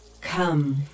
Come